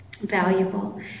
Valuable